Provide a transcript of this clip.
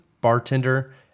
Bartender